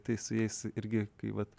tai su jais irgi kai vat